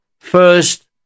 first